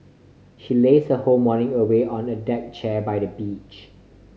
she laze her whole morning away on a deck chair by the beach